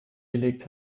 gelegt